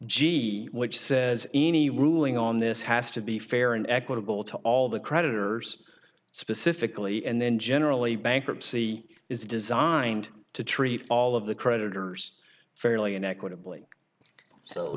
g which says any ruling on this has to be fair and equitable to all the creditors specifically and then generally bankruptcy is designed to treat all of the creditors fairly and equitably so